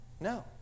No